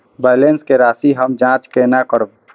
Balance के राशि हम जाँच केना करब?